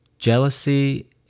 Jealousy